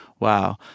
wow